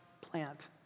plant